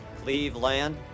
Cleveland